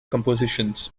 compositions